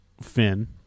finn